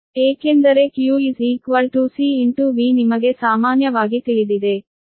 ಏಕೆಂದರೆ q C V ನಿಮಗೆ ಸಾಮಾನ್ಯವಾಗಿ ತಿಳಿದಿದೆ